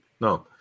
no